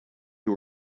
you